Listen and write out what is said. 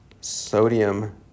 sodium